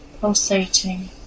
pulsating